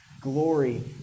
Glory